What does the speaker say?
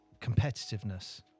competitiveness